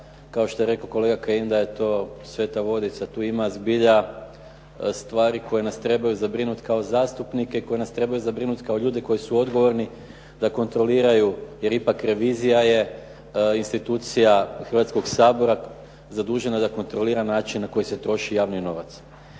kao što je rekao kolega Kajin da je to sveta vodica. Tu ima zbilja stvari koje nas trebaju zabrinuti kao zastupnike, koji nas trebaju zabrinuti kao ljude koji su odgovorni da kontroliraju, jer ipak revizija je institucija Hrvatskog sabora zadužena za kontroliran način na koji se troši javni novac.